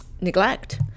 neglect